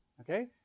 okay